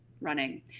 running